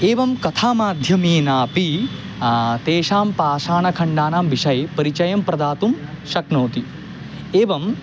एवं कथा माध्यमेनापि तेषां पाषाणखण्डानां विषये परिचयं प्रदातुं शक्नोति एवम्